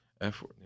effort